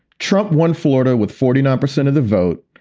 trump won florida with forty nine percent of the vote,